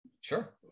Sure